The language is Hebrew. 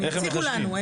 הם יציגו לנו.